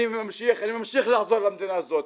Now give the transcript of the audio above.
אני ממשיך לעזור למדינה הזאת,